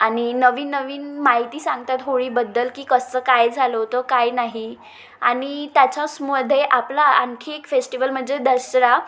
आणि नवीन नवीन माहिती सांगतात होळीबद्दल की कसं काय झालं होतं काय नाही आणि त्याच्यासमध्ये आपला आणखी एक फेस्टिवल म्हणजे दसरा